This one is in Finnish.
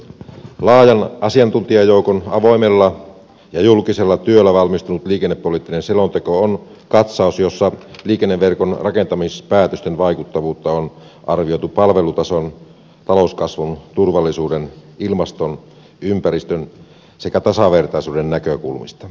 laajan asiantuntijajoukon avoimella ja julkisella työllä valmistunut liikennepoliittinen selonteko on katsaus jossa liikenneverkon rakentamispäätösten vaikuttavuutta on arvioitu palvelutason talouskasvun turvallisuuden ilmaston ympäristön sekä tasavertaisuuden näkökulmista